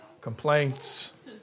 complaints